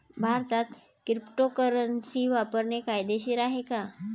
भारतात क्रिप्टोकरन्सी वापरणे कायदेशीर आहे का?